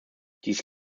dies